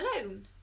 Alone